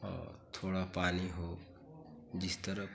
और थोड़ा पानी हो जिस तरफ़